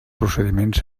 procediments